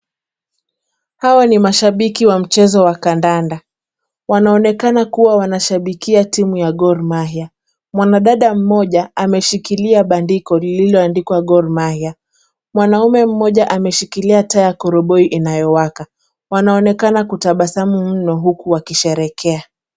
Hawa ni mashabiki wa mchezo wa kandanda. Wanaonekana kuwa wanashabikia timu ya Gor Mahia. Mwanadada mmoja ameshikilia bandiko lililoandikwa Gor Mahia. Mwanamume mmoja ameshikilia taa ya koroboi inayowaka. Wanaonekana kutabasamu mno huku wakisherekea.